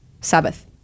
Sabbath